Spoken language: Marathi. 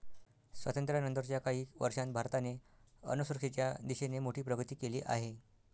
स्वातंत्र्यानंतर च्या काही वर्षांत भारताने अन्नसुरक्षेच्या दिशेने मोठी प्रगती केली आहे